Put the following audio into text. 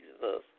Jesus